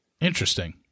Interesting